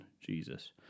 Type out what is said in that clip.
Jesus